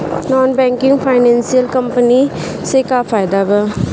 Non banking financial company से का फायदा बा?